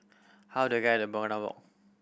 how do I get to Begonia Walk